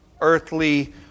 earthly